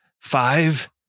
five